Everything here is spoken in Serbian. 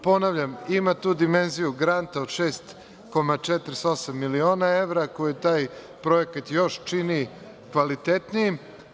Ponavljam, ima dimenziju garanta od 6,48 miliona evra koji taj projekat čini još kvalitetnijim.